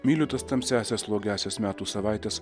myliu tas tamsiąsias slogiąsias metų savaites